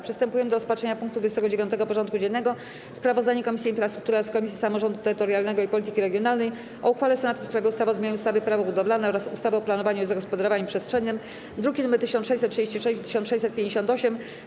Przystępujemy do rozpatrzenia punktu 29. porządku dziennego: Sprawozdanie Komisji Infrastruktury oraz Komisji Samorządu Terytorialnego i Polityki Regionalnej o uchwale Senatu w sprawie ustawy o zmianie ustawy - Prawo budowlane oraz ustawy o planowaniu i zagospodarowaniu przestrzennym (druki nr 1636 i 1658)